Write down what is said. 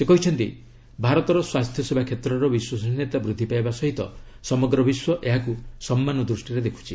ସେ କହିଛନ୍ତି ଭାରତର ସ୍ୱାସ୍ଥ୍ୟସେବା କ୍ଷେତ୍ରର ବିଶ୍ୱସନୀୟତା ବୃଦ୍ଧି ପାଇବା ସହ ସମଗ୍ର ବିଶ୍ୱ ଏହାକୁ ସମ୍ମାନ ଦୃଷ୍ଟିରେ ଦେଖୁଛି